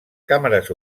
càmeres